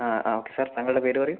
ആ ആ okay sir താങ്കളുടെ പേര് പറയൂ